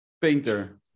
painter